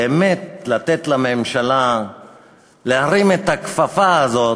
באמת, לתת לממשלה להרים את הכפפה הזו,